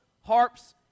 harps